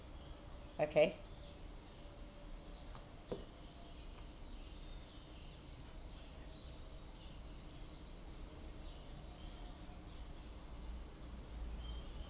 okay